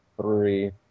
three